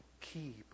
keep